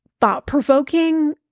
thought-provoking